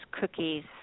cookies